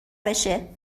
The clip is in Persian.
بشه